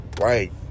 Right